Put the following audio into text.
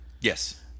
yes